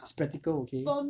it's practical okay